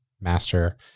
master